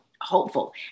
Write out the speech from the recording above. hopeful